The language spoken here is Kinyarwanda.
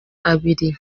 abiri